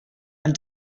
and